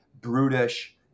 brutish